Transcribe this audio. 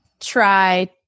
try